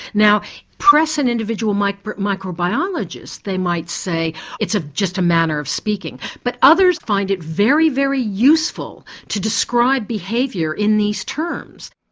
now press an individual microbiologist, they might say it's ah just a manner of speaking. but others find it very, very useful to describe behaviour in these terms.